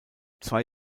zwei